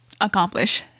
accomplish